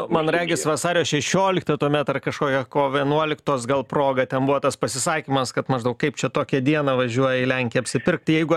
man regis vasario šešioliktą tuomet ar kažkokią kovo vienuoliktos gal proga ten buvo tas pasisakymas kad maždaug kaip čia tokią dieną važiuoja į lenkiją apsipirkti jeigu